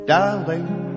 Darling